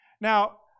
now